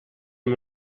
amb